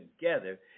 together